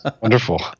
Wonderful